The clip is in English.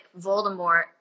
Voldemort